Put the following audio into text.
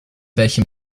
welchem